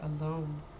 alone